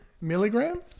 Milligram